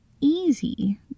easy